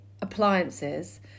appliances